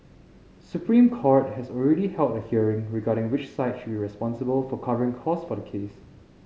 The Supreme Court has already held a hearing regarding which side should be responsible for covering costs for the case